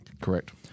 correct